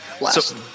Last